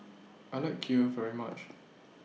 I like Kheer very much